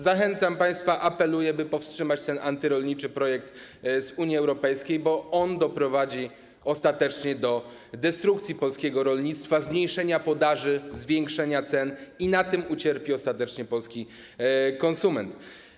Zachęcam państwa, apeluję, by powstrzymać ten antyrolniczy projekt Unii Europejskiej, bo on doprowadzi ostatecznie do destrukcji polskiego rolnictwa, zmniejszenia podaży, zwiększenia cen i na tym ucierpi ostatecznie polski konsument.